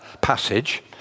passage